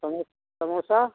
समो समोसा